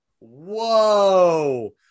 Whoa